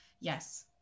yes